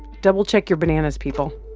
double-check your bananas, people.